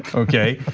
okay?